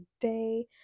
day